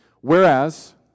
Whereas